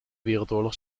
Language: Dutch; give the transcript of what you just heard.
wereldoorlog